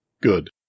Good